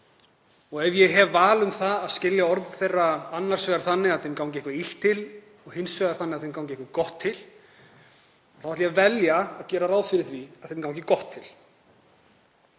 Ef ég hef val um það að skilja orð þeirra þannig að þeim gangi eitthvað illt til eða þannig að þeim gangi eitthvað gott til þá ætla ég að velja að gera ráð fyrir því að þeim gangi gott til.